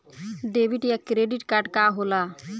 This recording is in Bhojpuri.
डेबिट या क्रेडिट कार्ड का होला?